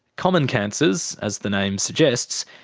common cancers, as the name suggests,